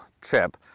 trip